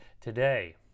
today